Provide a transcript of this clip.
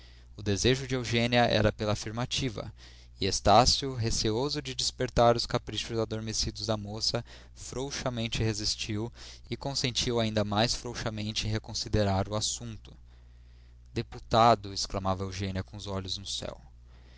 o desejo de eugênia era pela afirmativa e estácio receoso de despertar os caprichos adormecidos da moça frouxamente resistiu e consentiu ainda mais frouxamente em reconsiderar o assunto deputado exclamava eugênia com os olhos no céu